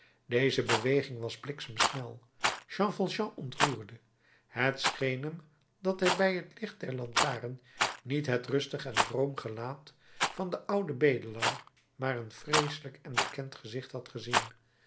deze beweging was bliksemsnel jean valjean ontroerde het scheen hem dat hij bij het licht der lantaarn niet het rustig en vroom gelaat van den ouden bedelaar maar een vreeselijk en bekend gezicht had gezien